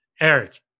Eric